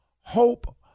hope